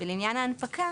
לעניין ההנפקה,